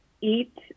eat